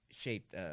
shaped